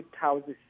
houses